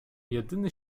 jedyny